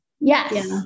Yes